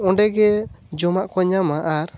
ᱚᱸᱰᱮ ᱜᱮ ᱡᱚᱢᱟᱜ ᱠᱚ ᱧᱟᱢᱟ ᱟᱨ